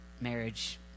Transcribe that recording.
marriage